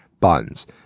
buns